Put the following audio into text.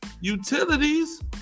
Utilities